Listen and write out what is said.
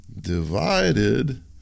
divided